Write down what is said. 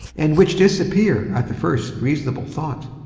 and which disappear at the first reasonable thought.